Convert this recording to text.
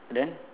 then